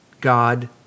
God